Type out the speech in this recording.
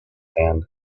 hand